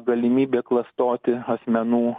galimybė klastoti asmenų